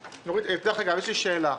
דרך אגב, יש לי שאלה.